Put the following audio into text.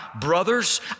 brothers